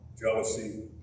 jealousy